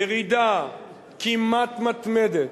ירידה כמעט מתמדת